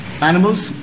Animals